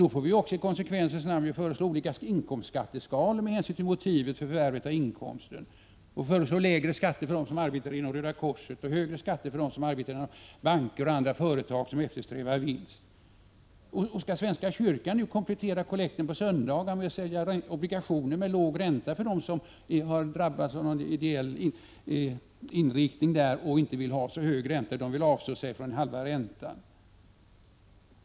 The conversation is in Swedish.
Då får vi också i konsekvensens namn föreslå olika skatteskalor med hänsyn till motivet till att vi förvärvar våra inkomster och tillämpa lägre skatter för dem som arbetar inom t.ex. Röda korset och högre skatter för dem som arbetar i banker och andra företag som eftersträvar vinst. Skall svenska kyrkan nu komplettera kollekten på söndagar med att sälja obligationer med låg ränta för dem som drabbas av tänkande i ideell riktning och som inte vill ha högre ränta utan vill avstå från halva räntan?